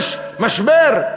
כשיש משבר,